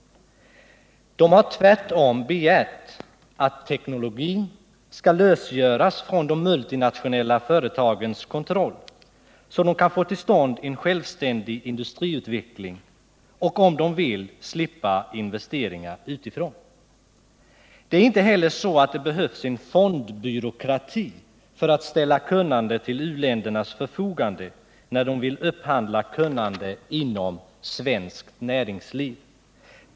De har tvärtom begärt att teknologin skall lösgöras från de multinationella företagens kontroll, så att de kan få till stånd en självständig industriutveckling och, om de så vill, slippa investeringar utifrån. Det är inte heller så att det behövs en fondbyråkrati för att ställa kunnande till u-ländernas förfogande när de vill upphandla kunnande inom svenskt näringsliv.